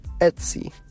etsy